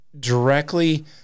Directly